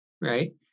right